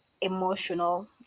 emotional